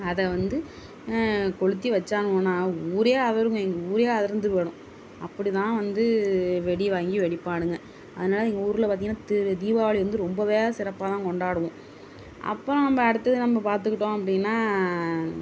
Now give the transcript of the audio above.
அதை வந்து கொளுத்தி வச்சானுவோன்னால் ஊரே அதிருமே எங்கள் ஊரே அதிர்ந்து போய்டும் அப்படிதான் வந்து வெடி வாங்கி வெடிப்பானுங்க அதனால் எங்கள் ஊரில் பார்த்திங்ன்னா திரு தீபாவளி வந்து ரொம்பவே சிறப்பாக தான் கொண்டாடுவோம் அப்புறோம் நம்ப அடுத்தது நம்ப பார்த்துக்கிட்டோம் அப்படின்னா